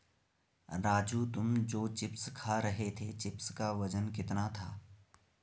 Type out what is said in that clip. राजू तुम जो चिप्स खा रहे थे चिप्स का वजन कितना था?